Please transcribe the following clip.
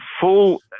full